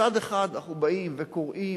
מצד אחד, אנחנו באים וקוראים,